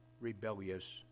rebellious